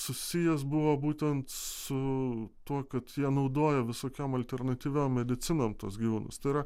susijęs buvo būtent su tuo kad jie naudojo visokiom alternatyviom medicinom tuos gyvūnus tai yra